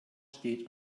steht